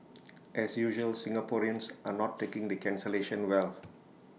as usual Singaporeans are not taking the cancellation well